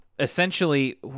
Essentially